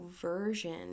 version